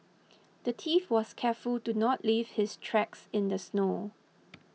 the thief was careful to not leave his tracks in the snow